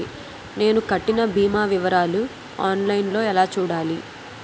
నేను కట్టిన భీమా వివరాలు ఆన్ లైన్ లో ఎలా చూడాలి?